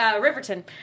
Riverton